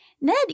Ned